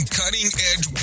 cutting-edge